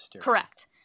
Correct